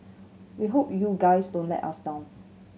we hope you guys don't let us down